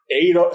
eight